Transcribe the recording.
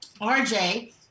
RJ